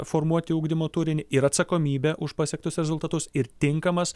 formuoti ugdymo turinį ir atsakomybė už pasiektus rezultatus ir tinkamas